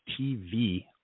TV